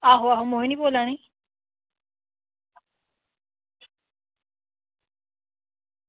आहो आहो मोहिनी बोल्ला नी